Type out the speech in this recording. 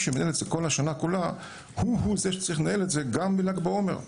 שמנהל את זה במשך השנה כולה הוא שצריך לנהל את זה גם בל"ג בעומר.